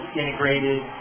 integrated